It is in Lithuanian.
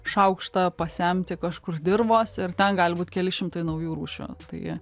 šaukštą pasemti kažkur dirvos ir ten gali būti keli šimtai naujų rūšių tai